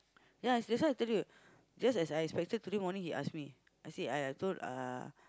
ya that's why I tell you just as I expected today morning he ask me I said I I told uh